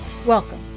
Welcome